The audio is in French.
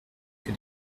que